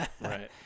Right